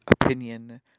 opinion